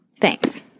Thanks